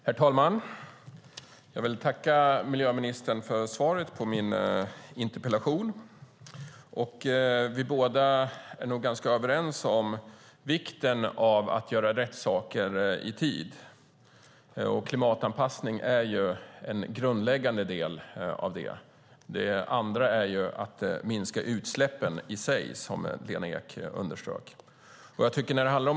Herr talman! Jag vill tacka miljöministern för svaret på min interpellation. Vi är nog ganska överens om vikten av att göra rätt saker i tid. Klimatanpassning är en grundläggande del av det. Den andra delen handlar om att minska utsläppen i sig, som Lena Ek underströk.